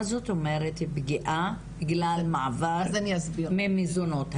מה זה אומר פגיעה ממעבר ממזונות?